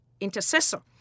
intercessor